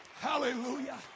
Hallelujah